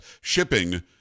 Shipping